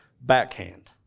backhand